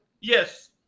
Yes